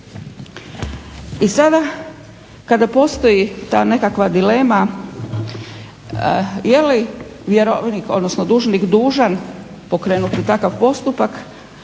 I sada kada postoji takva nekakva dilema, je li vjerovnik, odnosno dužnik dužan pokrenuti takav postupak,